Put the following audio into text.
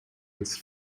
its